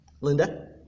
Linda